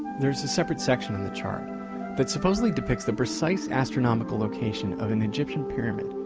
there's a separate section on the chart that supposedly depicts the precise astronomical location of an egyptian pyramid,